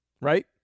Right